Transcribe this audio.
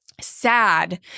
sad